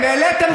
צא מהאולם.